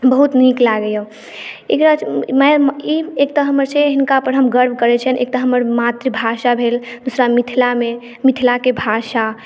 बहुत नीक लागैया ई एकटा हमर छै हिनका पर हम गर्व करै छियनि एकटा हमर मातृभाषा भेल मिथिलामे मिथिलाके भाषा